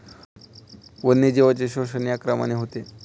वन्यजीवांचे शोषण या क्रमाने होते